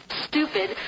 stupid